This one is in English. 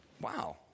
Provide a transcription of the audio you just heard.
wow